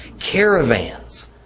Caravans